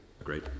Agreed